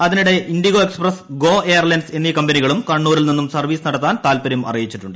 അതിനിടെ IndiGo express Go airlines എന്നീ കമ്പനികളും കണ്ണൂരിൽ നിന്നും സർവ്വീസ് നടത്താൻ താൽപര്യം അറിയിച്ചിട്ടുണ്ട്